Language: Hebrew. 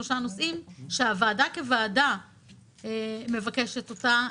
שלושה נושאים שהוועדה כוועדה מבקשת אותם,